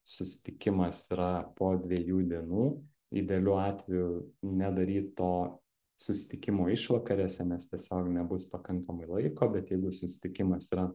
susitikimas yra po dviejų dienų idealiu atveju nedaryt to susitikimo išvakarėse nes tiesiog nebus pakankamai laiko bet jeigu susitikimas yra